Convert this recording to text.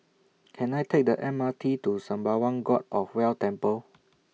Can I Take The M R T to Sembawang God of Wealth Temple